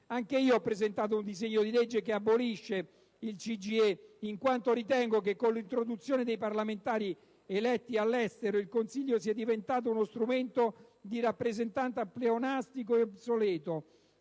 Anche io ho presentato un disegno di legge che abolisce il CGIE, in quanto ritengo che con l'introduzione dei parlamentari eletti all'estero il Consiglio sia diventato uno strumento di rappresentanza pleonastico ed obsoleto,